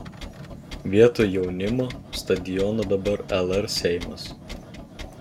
vietoj jaunimo stadiono dabar lr seimas